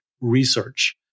research